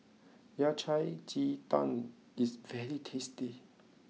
Yao Cai Ji Tang is very tasty